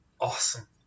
awesome